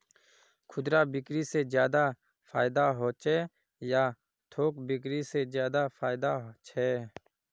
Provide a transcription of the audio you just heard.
खुदरा बिक्री से ज्यादा फायदा होचे या थोक बिक्री से ज्यादा फायदा छे?